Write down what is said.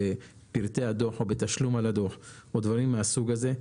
בפרטי הדוח או תשלום על הדוח ודברים מהסוג הזה,